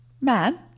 man